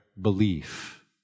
belief